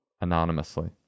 Anonymously